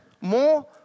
more